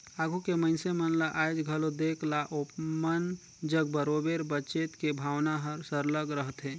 आघु के मइनसे मन ल आएज घलो देख ला ओमन जग बरोबेर बचेत के भावना हर सरलग रहथे